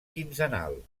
quinzenal